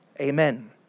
Amen